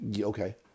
Okay